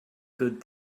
good